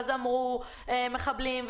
אמרו מחבלים,